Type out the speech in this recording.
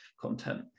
content